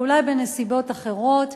ואולי בנסיבות אחרות,